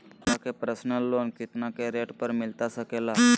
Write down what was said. हमरा के personal loan कितना के रेट पर मिलता सके ला?